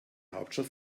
hauptstadt